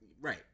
right